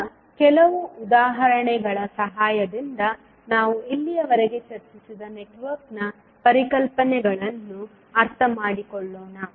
ಈಗ ಕೆಲವು ಉದಾಹರಣೆಗಳ ಸಹಾಯದಿಂದ ನಾವು ಇಲ್ಲಿಯವರೆಗೆ ಚರ್ಚಿಸಿದ ನೆಟ್ವರ್ಕ್ನ ಪರಿಕಲ್ಪನೆಗಳನ್ನು ಅರ್ಥಮಾಡಿಕೊಳ್ಳೋಣ